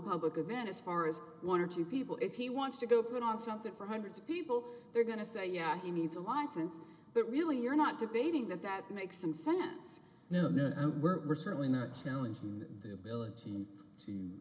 public event as far as one or two people if he wants to go put on something for hundreds of people they're going to say yeah he needs a license but really you're not debating that that makes some sense we're certainly not challenging the ability to